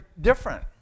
different